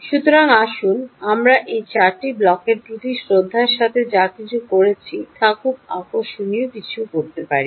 সুতরাং আসুন আমরা এই চারটি ব্লকের প্রতি শ্রদ্ধার সাথে যা কিছু করেছি তা খুব আকর্ষণীয় কিছুতে রাখি